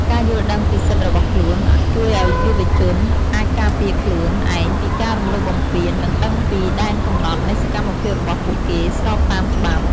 ការយល់ដឹងពីសិទ្ធិរបស់ខ្លួន ជួយឲ្យយុវជនអាចការពារខ្លួនឯងពីការរំលោភបំពាន និងដឹងពីដែនកំណត់នៃសកម្មភាពរបស់ពួកគេ ស្របតាមច្បាប់។